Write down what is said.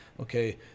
okay